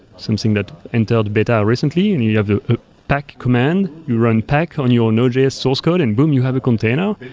something that entered beta recently, and you you have the tac command. you run tac on your node js source code, and boom! you have a container.